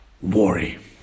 worry